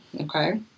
okay